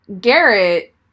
Garrett